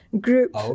Group